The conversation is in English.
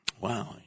wow